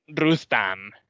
Rustam